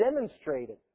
demonstrated